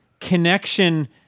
connection